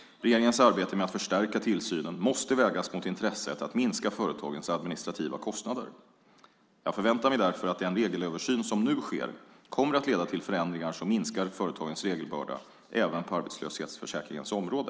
Regeringens arbete med att förstärka tillsynen måste vägas mot intresset för att minska företagens administrativa kostnader. Jag förväntar mig därför att den regelöversyn som nu sker kommer att leda till förändringar som minskar företagens regelbörda även på arbetslöshetsförsäkringens område.